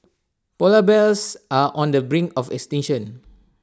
Polar Bears are on the brink of extinction